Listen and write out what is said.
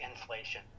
inflation